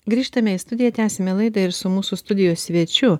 grįžtame į studiją tęsiame laidą ir su mūsų studijos svečiu